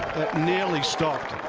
nearly stopped.